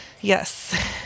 Yes